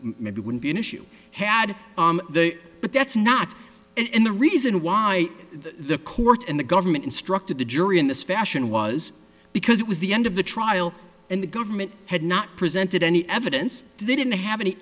maybe it would be an issue had they but that's not and the reason why the courts and the government instructed the jury in this fashion was because it was the end of the trial and the government had not presented any evidence they didn't have any